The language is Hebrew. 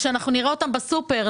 כשנראה אותם בסופר,